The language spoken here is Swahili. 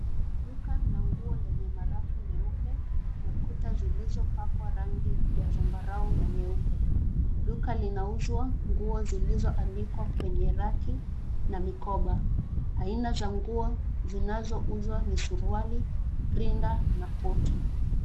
Duka la nguo lenye marafu meupe, na kuta zilizopakwa rangi ya zambarau na nyeupe. Duka linauzwa nguo zilizoanikwa kwenye raki , na mikoba. Aina za nguo zinazouzwa ni suruali , rinda na koti.